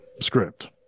Script